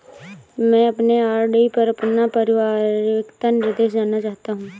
मैं अपने आर.डी पर अपना परिपक्वता निर्देश जानना चाहती हूँ